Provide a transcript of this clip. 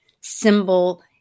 symbol